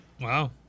Wow